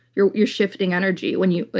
you're you're shifting energy when you.